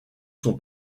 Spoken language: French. son